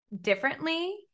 differently